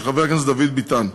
של חבר הכנסת דוד ביטן,